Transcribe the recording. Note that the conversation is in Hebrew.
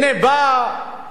הנה באה